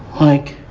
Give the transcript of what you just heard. like